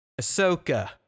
ahsoka